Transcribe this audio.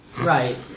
right